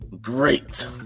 Great